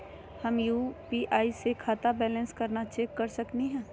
हम यू.पी.आई स खाता बैलेंस कना चेक कर सकनी हे?